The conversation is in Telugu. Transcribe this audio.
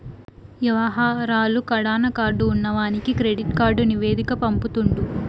యవహారాలు కడాన కార్డు ఉన్నవానికి కెడిట్ కార్డు నివేదిక పంపుతుండు